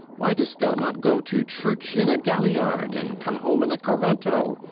why dost thou not go to church in a galliard, and come home in a coranto?